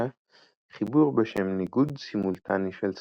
חיבור בשם "ניגוד סימולטאני של צבעים"